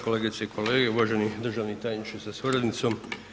Kolegice i kolege, uvaženi državni tajniče sa suradnicom.